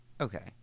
Okay